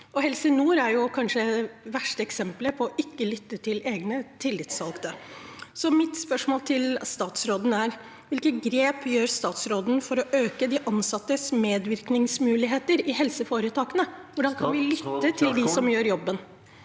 Helse nord er kanskje det verste eksemplet på det å ikke lytte til egne tillitsvalgte. Mitt spørsmål til statsråden er: Hvilke grep gjør statsråden for å øke de ansattes medvirkningsmuligheter i helseforetakene? Hvordan kan vi lytte til dem som gjør jobben?